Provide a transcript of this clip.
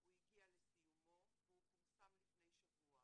הוא הגיע לסיומו והוא פורסם לפני שבוע.